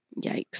Yikes